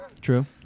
true